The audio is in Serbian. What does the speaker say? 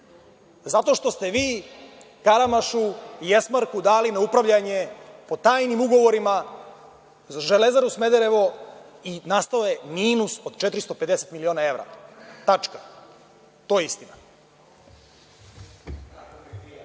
zato što ste vi Karamašu i „Esmarku“ dali na upravljanje po tajnim ugovorima „Železaru Smederevo“ i nastao je minut od 450 miliona evra. Tačka. To je istina.